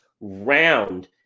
round